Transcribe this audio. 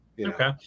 okay